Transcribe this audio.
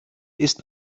ist